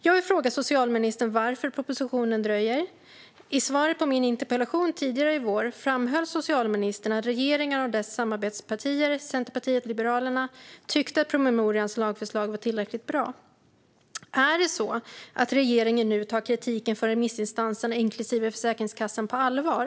Jag vill fråga socialministern varför propositionen dröjer. I svaret på min interpellation tidigare i våras framhöll socialministern att regeringen och samarbetspartierna Centerpartiet och Liberalerna tyckte att promemorians lagförslag var tillräckligt bra. Är det så att regeringen nu tar kritiken från remissinstanserna, inklusive Försäkringskassan, på allvar?